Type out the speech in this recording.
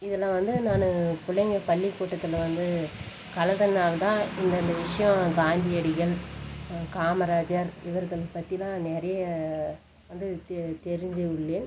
இதில் வந்து நான் பிள்ளைங்க பள்ளிக்கூட்டத்தில் வந்து கலந்தனால்தான் இந்தந்த விஷயம் காந்தி அடிகள் காமராஜர் இவர்கள் பற்றிலாம் நிறைய வந்து தெரிஞ்சு உள்ளேன்